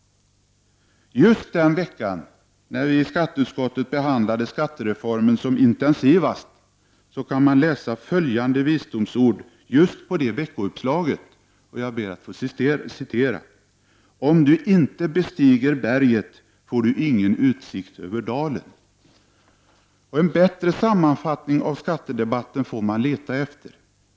Just den veckan när vi i skatteutskottet behandlade skattereformen som intensivast kunde man läsa följande visdomsord på det veckouppslaget: ”Om du inte bestiger berget får du ingen utsikt över dalen.” En bättre sammanfattning av skattedebatten får man leta efter.